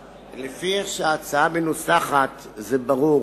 לפי איך שההצעה מנוסחת, זה ברור.